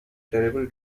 terrible